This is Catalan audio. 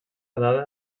dada